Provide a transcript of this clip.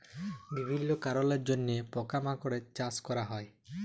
বিভিল্য কারলের জন্হে পকা মাকড়ের চাস ক্যরা হ্যয়ে